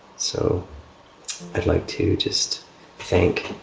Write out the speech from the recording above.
so i'd like to just thank